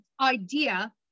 idea